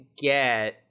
get